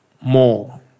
more